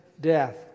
death